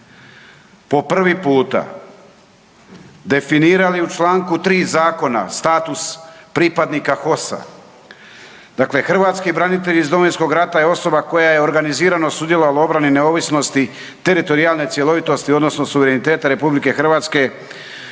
po prvi puta definirali u čl. 3. Zakona status pripadnika HOS-a, dakle hrvatski branitelji iz Domovinski rata je osoba koja je organizirano sudjelovala u obrani, neovisnosti, teritorijalne cjelovitosti odnosno suvereniteta RH uz Zbor